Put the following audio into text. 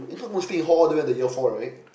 it's not mostly in hall all the way until year four right